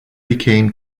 became